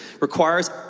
requires